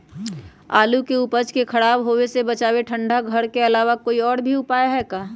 आलू के उपज के खराब होवे से बचाबे ठंडा घर के अलावा कोई और भी उपाय है का?